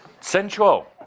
Sensual